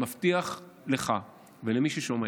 אני מבטיח לך ולמי ששומע: